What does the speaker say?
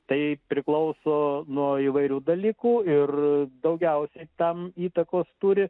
tai priklauso nuo įvairių dalykų ir daugiausiai tam įtakos turi